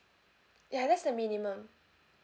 ya that's the minimum